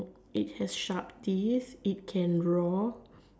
it has sharp teeth's it can roar